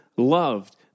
Loved